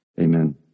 Amen